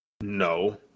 no